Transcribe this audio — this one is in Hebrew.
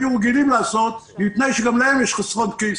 רגילים לעשות מפני שגם להם יש חסרון-כיס.